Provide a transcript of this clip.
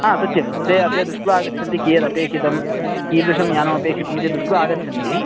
आं सत्यं ते अद्य दृष्ट्वा आगच्छन्ति कियदपेक्षितं कीदृशं यानमपेक्षितमिति दृष्ट्वा आगच्छन्ति